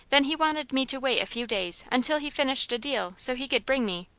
then he wanted me to wait a few days until he finished a deal so he could bring me,